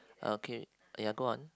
okay ya go on